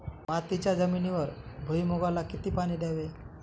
मातीच्या जमिनीवर भुईमूगाला किती पाणी द्यावे?